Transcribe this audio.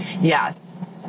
yes